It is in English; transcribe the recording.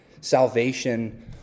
Salvation